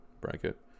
bracket